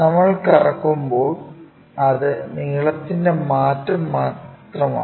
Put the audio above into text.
നമ്മൾ കറക്കുമ്പോൾ അത് നീളത്തിന്റെ മാറ്റം മാത്രമാണ്